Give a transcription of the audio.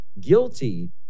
guilty